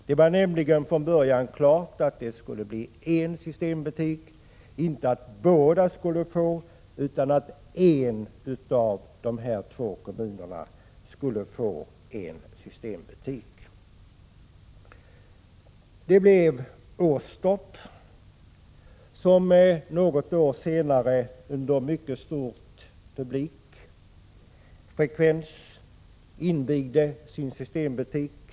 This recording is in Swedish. Det var nämligen från början klart att det skulle bli en systembutik och att de två kommunerna inte skulle få var sin. Det blev Åstorp som något år senare med en mycket stor publik fick inviga sin systembutik.